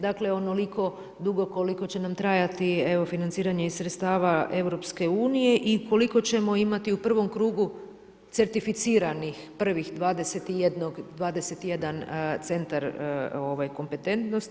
Dakle, onoliko dugo koliko će nam trajati evo financiranje iz sredstava EU i koliko ćemo imati u prvom krugu certificiranih prvih 21 centar kompetentnosti.